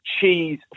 cheese